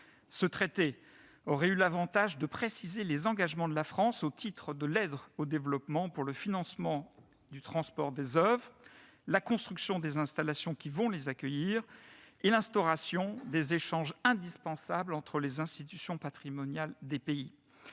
Ce traité aurait eu l'avantage de préciser les engagements de la France, au titre de l'aide au développement, pour le financement du transport des oeuvres, la construction des installations qui vont les accueillir et l'instauration des échanges indispensables entre les institutions patrimoniales des pays.